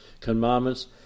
commandments